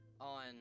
on